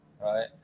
Right